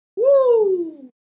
Woo